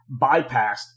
bypassed